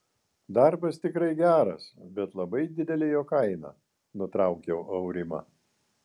darbas tikrai geras bet labai didelė jo kaina nutraukiau aurimą